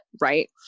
right